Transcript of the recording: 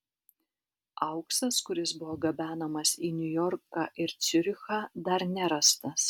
auksas kuris buvo gabenamas į niujorką ir ciurichą dar nerastas